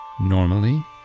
normally